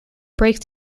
breaks